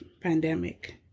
pandemic